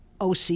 OC